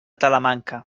talamanca